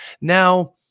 Now